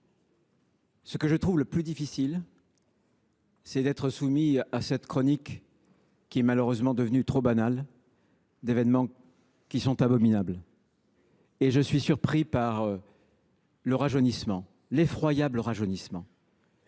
ce que je trouve le plus difficile, c’est d’être soumis à cette chronique, malheureusement devenue trop banale, d’événements abominables. Et je suis surpris par ce rajeunissement, cet effroyable rajeunissement